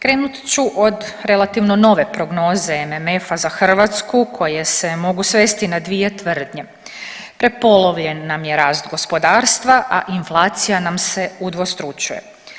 Krenut ću od relativno nove prognoze MMF-a za Hrvatsku koje se mogu svesti na dvije tvrdnje, prepolovljen nam je rast gospodarstva, a inflacija nam se udvostručuje.